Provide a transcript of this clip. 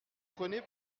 prenez